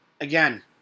again